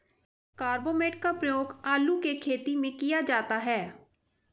carbamate का प्रयोग आलू के खेत में किया जाता है